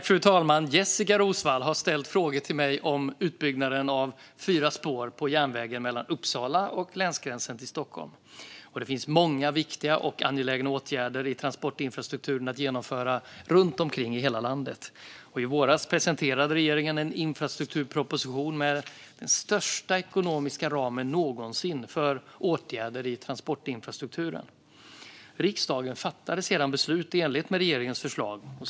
Fru talman! Jessika Roswall har ställt frågor till mig om utbyggnaden av fyra spår på järnvägen mellan Uppsala och länsgränsen till Stockholm. Det finns många viktiga och angelägna åtgärder i transportinfrastrukturen att genomföra runt om i landet. I våras presenterade regeringen en infrastrukturproposition med den största ekonomiska ramen någonsin för åtgärder i transportinfrastrukturen. Riksdagen fattade sedan beslut i enlighet med regeringens förslag.